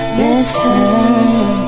missing